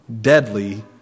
deadly